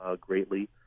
greatly